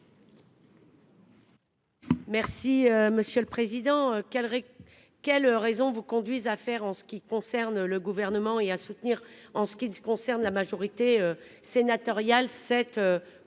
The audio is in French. Merci monsieur le président. Quelles. Quelles raisons vous conduisent à faire en ce qui concerne le gouvernement et à soutenir en ce qui concerne la majorité sénatoriale, cette